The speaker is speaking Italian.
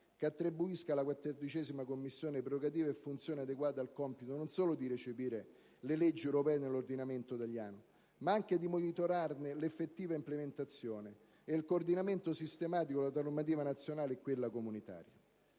quale attribuisca alla 14a Commissione prerogative e funzioni adeguate al compito non solo di recepire le leggi europee nell'ordinamento italiano, ma anche di monitorarne l'effettiva implementazione ed il coordinamento sistematico tra la normativa nazionale e quella comunitaria.